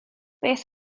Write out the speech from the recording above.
beth